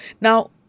Now